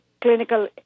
clinical